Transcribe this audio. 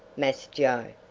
mass joe.